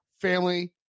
family